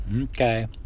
Okay